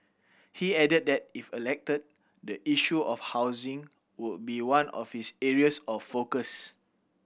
he added that if elected the issue of housing would be one of his areas of focus